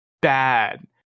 bad